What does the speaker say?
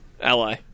Ally